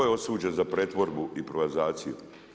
Tko je osuđen za pretvorbu i privatizaciju?